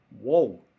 whoa